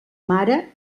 mare